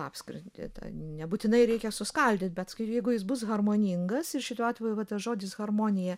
apskritai nebūtinai reikia suskaldyt bet jeigu jis bus harmoningas ir šituo atveju yra tas žodis harmonija